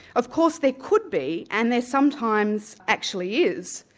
of course there could be and there sometimes actually is,